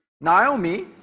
Naomi